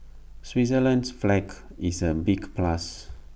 Switzerland's flag is A big plus